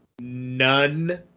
none